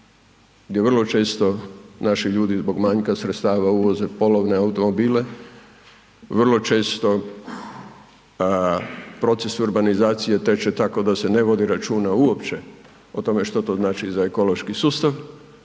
gdje vrlo često naši ljudi zbog manjka sredstava uvoze polovne automobile, vrlo često proces urbanizacije teče tako da se ne vodi računa uopće o tome što to znači za ekološki sustav